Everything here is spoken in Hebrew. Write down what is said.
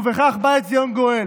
ובכך בא לציון גואל.